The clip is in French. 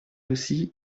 aussi